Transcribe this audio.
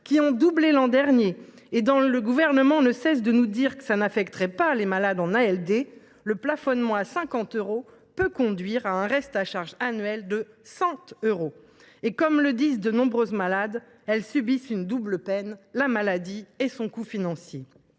qui ont doublé l’an dernier et dont le Gouvernement ne cesse de nous dire que leur évolution n’affecterait pas les malades en ALD, le plafonnement à 50 euros peut conduire à un reste à charge annuel de 100 euros. De nombreuses malades disent subir une double peine : la maladie et son coût financier.